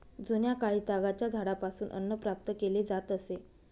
जुन्याकाळी तागाच्या झाडापासून अन्न प्राप्त केले जात असे